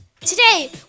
Today